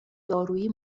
دارویی